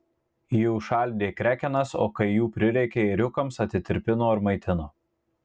ji užšaldė krekenas o kai jų prireikė ėriukams atitirpino ir maitino